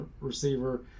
receiver